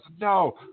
No